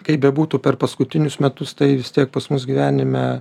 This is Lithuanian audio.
kaip bebūtų per paskutinius metus tai vis tiek pas mus gyvenime